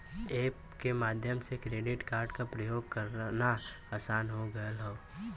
app के माध्यम से क्रेडिट कार्ड प्रयोग करना आसान हो गयल हौ